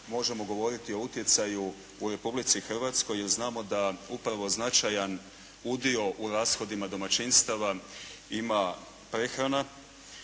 možemo govoriti o utjecaju u Republici Hrvatskoj jer znamo da upravo značajan udio u rashodima domaćinstava ima prehrana.